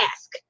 ask